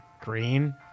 green